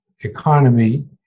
economy